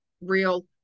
real